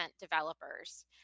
developers